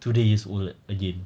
today's old again